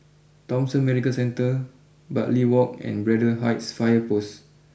Thomson Medical Centre Bartley walk and Braddell Heights fire post